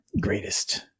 greatest